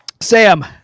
Sam